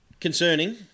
concerning